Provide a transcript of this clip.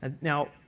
Now